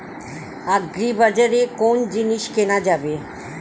আগ্রিবাজারে কোন জিনিস কেনা যাবে?